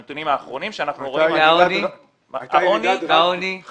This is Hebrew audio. הנתונים האחרונים שאנחנו רואים לגבי שיעורי העוני,